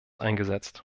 eingesetzt